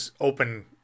open